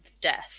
death